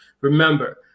Remember